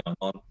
on